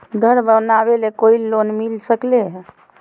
घर बनावे ले कोई लोनमिल सकले है?